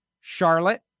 Charlotte